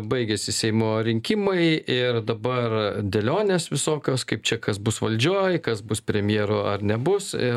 baigėsi seimo rinkimai ir dabar dėlionės visokios kaip čia kas bus valdžioj kas bus premjeru ar nebus ir